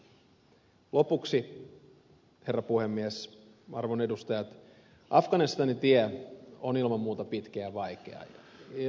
lopuksi herra puhemies arvon edustajat afganistanin tie on ilman muuta pitkä ja vaikea